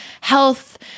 health